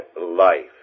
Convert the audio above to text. life